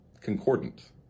concordant